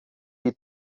die